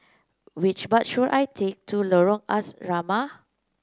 which bus should I take to Lorong Asrama